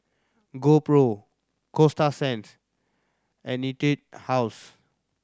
GoPro Coasta Sands and Etude House